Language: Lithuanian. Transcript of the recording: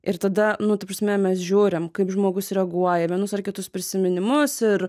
ir tada nu ta prasme mes žiūrim kaip žmogus reaguoja į vienus ar kitus prisiminimus ir